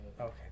Okay